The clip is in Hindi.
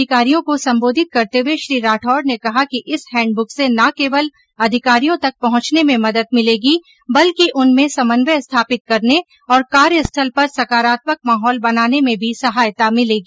अधिकारियों को संबोधित करते हुए श्री राठौड़ ने कहा कि इस हैंडब्क से न केवल अधिकारियों तक पहुंचने में मदद मिलेगी बल्कि उनमें समन्वय स्थापित करने और कार्यस्थल पर सकरात्मक माहौल बनाने में भी सहायता मिलेगी